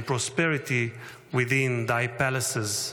and prosperity within thy palaces.